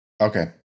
Okay